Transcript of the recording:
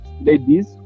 ladies